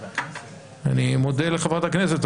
אני מודה לחברת הכנסת,